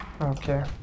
Okay